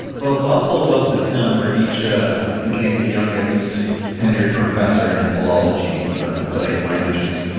well, basel was the town where nietzsche became the youngest tenured professor in philology, the study of languages.